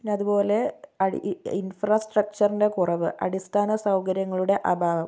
പിന്നെ അതുപോലെ ഇൻഫ്രാ സ്ട്രച്ചറിൻ്റെ കുറവ് അടിസ്ഥാന സൗകര്യങ്ങളുടെ അഭാവം